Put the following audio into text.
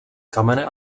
kamene